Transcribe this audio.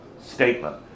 statement